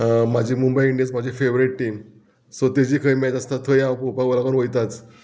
म्हाजी मुंबय इंडियन्स म्हाजी favourite team सो तेजी खंय मॅच आसता थंय हांव पोवपाक लागून वयताच